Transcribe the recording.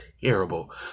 terrible